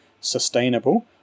sustainable